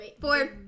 Four